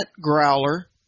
growler